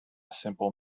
simple